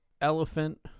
elephant